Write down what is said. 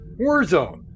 Warzone